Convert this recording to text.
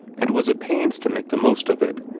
and was at pains to make the most of it,